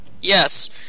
Yes